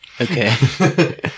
Okay